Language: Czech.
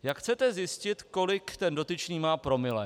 Jak chcete zjistit, kolik ten dotyčný má promile?